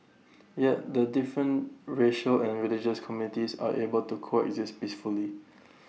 yet the different racial and religious communities are able to coexist peacefully